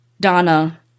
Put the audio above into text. Donna